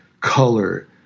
color